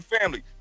family